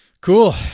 Cool